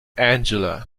angela